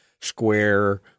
square